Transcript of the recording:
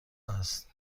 است